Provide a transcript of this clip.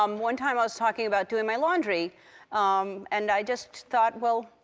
um one time i was talking about doing my laundry um and i just thought, well,